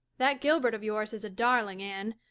that gilbert of yours is a darling, anne,